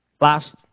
Last